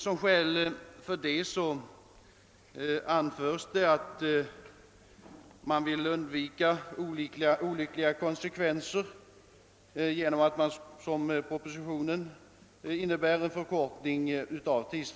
Som skäl an föres att olyckliga konsekvenser av de förkortade tidsfristerna kan undvikas.